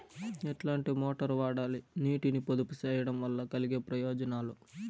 ఎట్లాంటి మోటారు వాడాలి, నీటిని పొదుపు సేయడం వల్ల కలిగే ప్రయోజనాలు?